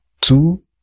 two